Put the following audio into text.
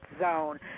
zone